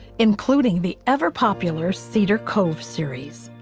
including the ever popular cedar cove series.